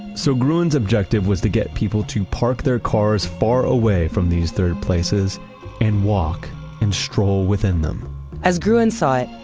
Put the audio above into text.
so gruen's objective was to get people to park their cars far away from these third places and walk and stroll within them as gruen saw it,